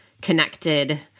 connected